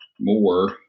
more